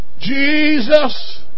Jesus